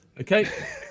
Okay